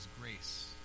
grace